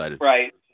right